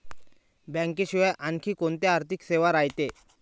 बँकेशिवाय आनखी कोंत्या आर्थिक सेवा रायते?